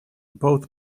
both